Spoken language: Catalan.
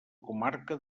comarca